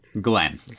Glenn